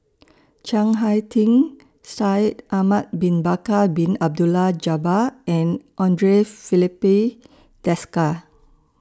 Chiang Hai Ding Shaikh Ahmad Bin Bakar Bin Abdullah Jabbar and Andre Filipe Desker